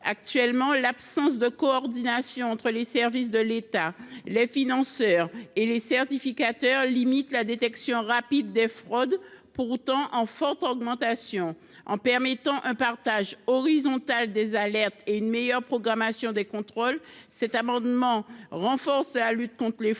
Actuellement, l’absence de coordination entre les services de l’État, les financeurs et les certificateurs limite la détection rapide des fraudes, qui sont pourtant en forte augmentation. En permettant un partage horizontal des alertes et une meilleure programmation des contrôles, nous renforcerions la lutte contre les fraudes